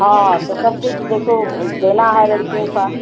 हाँ तो सब कुछ देखो देना है लड़कियों का